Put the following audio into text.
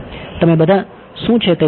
તમે બધા શું છે તે જાણો